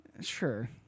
Sure